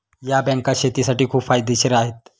या बँका शेतीसाठी खूप फायदेशीर आहेत